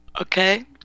Okay